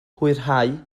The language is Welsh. hwyrhau